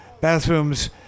bathrooms